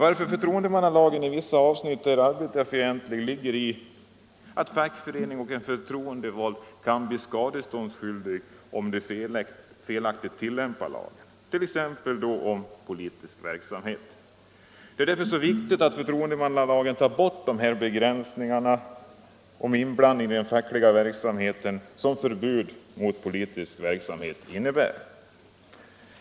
Att förtroendemannalagen i vissa avsnitt är arbetarfientlig ligger i att fackförening och förtroendevalda kan bli skadeståndsskyldiga om de felaktigt tillämpar lagen, t.ex. när det gäller politisk verksamhet. Det är därför så viktigt att ur förtroendemannalagen bryts ut de begränsningar av 'och den inblandning i det fackliga arbetet som förbud mot politisk verksamhet innebär.